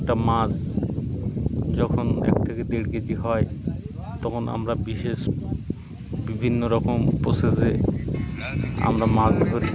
একটা মাছ যখন এক থেকে দেড় কেজি হয় তখন আমরা বিশেষ বিভিন্ন রকম প্রোসেসে আমরা মাছ ধরি